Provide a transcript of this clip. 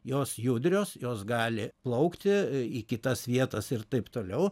jos judrios jos gali plaukti į kitas vietas ir taip toliau